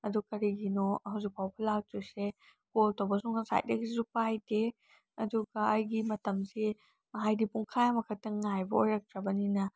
ꯑꯗꯨ ꯀꯔꯤꯒꯤꯅꯣ ꯍꯧꯖꯤꯛ ꯐꯥꯎꯕ ꯂꯥꯛꯇ꯭ꯔꯤꯁꯦ ꯀꯣꯜ ꯇꯧꯕꯁꯨ ꯉꯁꯥꯏꯗꯒꯤꯁꯨ ꯄꯥꯏꯗꯦ ꯑꯗꯨꯒ ꯑꯩꯒꯤ ꯃꯇꯝꯁꯦ ꯍꯥꯏꯗꯤ ꯄꯨꯡꯈꯥꯏ ꯑꯃ ꯈꯛꯇꯪ ꯉꯥꯏꯕ ꯑꯣꯏꯔꯛꯇ꯭ꯔꯕꯅꯤꯅ